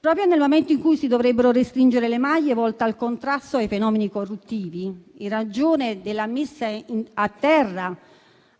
Proprio nel momento in cui si dovrebbero restringere le maglie volte al contrasto dei fenomeni corruttivi, in ragione della messa a terra